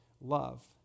love